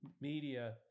media